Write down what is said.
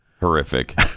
Horrific